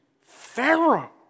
Pharaoh